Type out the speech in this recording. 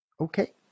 okay